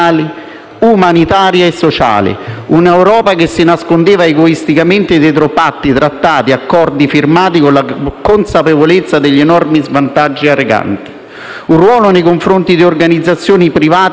umanitarie e sociali e che si nascondeva egoisticamente dietro patti, trattati e accordi firmati, con la consapevolezza degli enormi svantaggi arrecati. Penso poi al ruolo assunto nei confronti di organizzazioni private